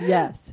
Yes